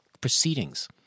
proceedings